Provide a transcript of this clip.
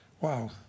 Wow